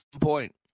point